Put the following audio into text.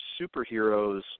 superheroes